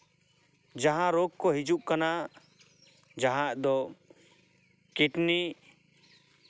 ᱡᱟᱦᱟᱸ ᱨᱳᱜᱽ ᱠᱚ ᱦᱤᱡᱩᱜ ᱠᱟᱱᱟ ᱡᱟᱦᱟᱸ ᱫᱚ ᱠᱤᱰᱱᱤ